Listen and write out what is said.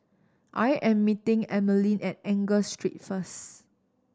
I am meeting Emmaline at Angus Street first